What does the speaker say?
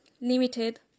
limited